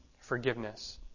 forgiveness